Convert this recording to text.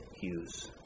Hughes